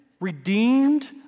Redeemed